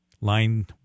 line